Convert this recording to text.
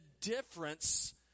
difference